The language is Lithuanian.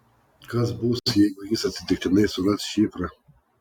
kas bus jeigu jis atsitiktinai suras šifrą